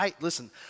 Listen